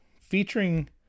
featuring